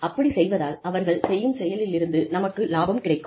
அப்படி செய்வதால் அவர்கள் செய்யும் செயலிலிருந்து நமக்கு லாபம் கிடைக்கும்